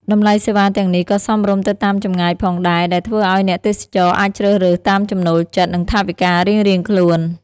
តម្លៃសេវាទាំងនេះក៏សមរម្យទៅតាមចម្ងាយផងដែរ ដែលធ្វើឲ្យអ្នកទេសចរអាចជ្រើសរើសតាមចំណូលចិត្តនិងថវិការៀងៗខ្លួន។